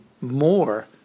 more